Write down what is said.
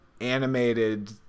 animated